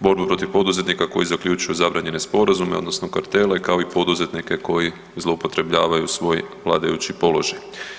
borbu protiv poduzetnika koji zaključuju zabranjene sporazume odnosno kartele kao i poduzetnike koji zloupotrebljavaju svoj vladajući položaj.